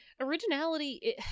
originality